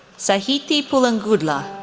sahithi puligundla,